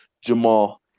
Jamal